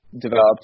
developed